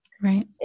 Right